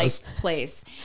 place